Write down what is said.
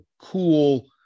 cool